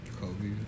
Kobe